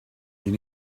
you